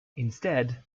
instead